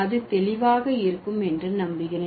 அது தெளிவாக இருக்கும் என்று நம்புகிறேன்